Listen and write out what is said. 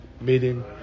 meeting